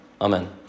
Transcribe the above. amen